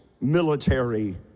military